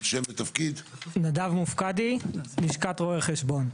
נדב מופקדי, לשכת רואי החשבון.